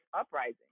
uprising